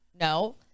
no